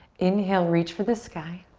inhale, reach for the sky.